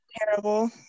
terrible